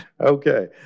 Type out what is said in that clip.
Okay